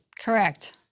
Correct